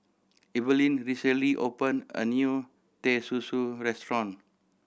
Eveline recently opened a new Teh Susu restaurant